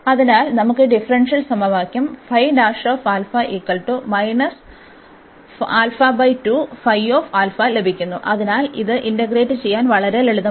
അതിനാൽ നമുക്ക് ഈ ഡിഫറൻഷ്യൽ സമവാക്യം ലഭിക്കുന്നു അതിനാൽ ഇത് ഇന്റഗ്രേറ്റ് ചെയ്യാൻ വളരെ ലളിതമാണ്